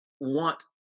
want